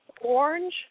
Orange